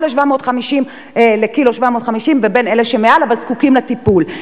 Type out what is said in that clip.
ל-1.750 ק"ג לבין אלה שהם מעל אבל זקוקים לטיפול.